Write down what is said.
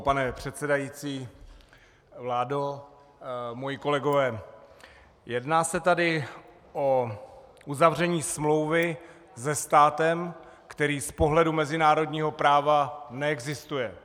Pane předsedající, vládo, moji kolegové, jedná se tady o uzavření smlouvy se státem, který z pohledu mezinárodního práva neexistuje.